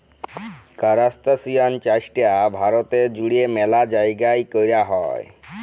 কারাস্তাসিয়ান চাইশটা ভারতে জুইড়ে ম্যালা জাইগাই কৈরা হই